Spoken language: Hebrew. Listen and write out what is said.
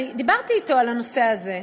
אני דיברתי אתו על הנושא הזה,